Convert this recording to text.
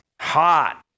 hot